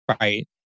Right